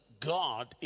God